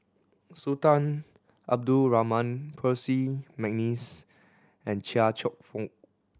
Sultan Abdul Rahman Percy McNeice and Chia Cheong Fook